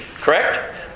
Correct